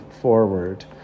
forward